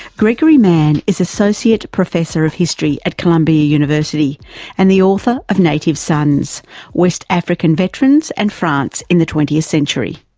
gregory mann is associate professor of history at colombia university and the author of native sons west african veterans and france in the twentieth century.